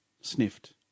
sniffed